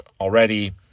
already